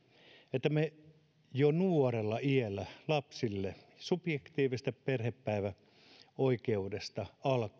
että me jo nuorella iällä lapsille subjektiivisesta perhepäiväoikeudesta